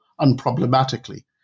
unproblematically